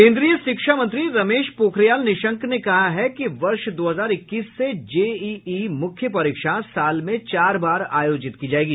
केंद्रीय शिक्षा मंत्री रमेश पोखरियाल निशंक ने कहा है कि वर्ष दो हजार इक्कीस से जेईई मुख्य परीक्षा साल में चार बार आयोजित की जाएगी